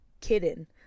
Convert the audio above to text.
kitten